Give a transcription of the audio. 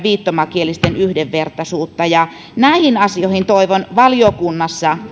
viittomakielisten yhdenvertaisuutta ja näihin asioihin toivon valiokunnassa